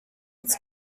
its